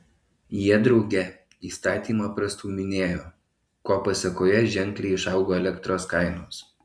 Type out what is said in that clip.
jie drauge įstatymą prastūminėjo ko pasėkoje ženkliai išaugo elektros kainos